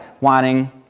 wanting